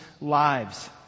lives